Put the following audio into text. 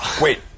Wait